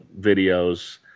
videos